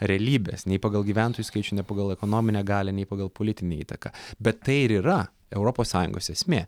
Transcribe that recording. realybės nei pagal gyventojų skaičių nei pagal ekonominę galią nei pagal politinę įtaką bet tai ir yra europos sąjungos esmė